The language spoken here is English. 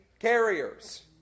Carriers